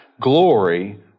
glory